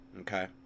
okay